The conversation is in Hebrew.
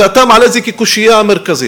ואתה מעלה את זה כקושיה המרכזית.